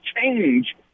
change